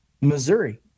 Missouri